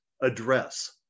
address